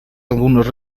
algunos